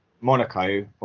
Monaco